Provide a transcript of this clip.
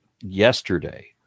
yesterday